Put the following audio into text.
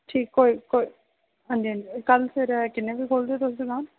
ठीक कोई कोई हां जी हां जी कल सवेरै किन्ने बजे खोलदे ओ तुस दकान